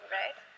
right